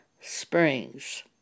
Springs